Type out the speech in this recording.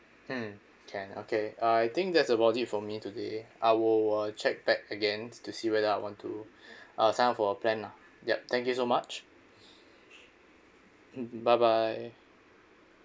mm can okay I think that's about it for me today I will uh check back again to see whether I want to uh sign up for a plan lah yup thank you so much bye bye